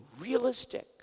realistic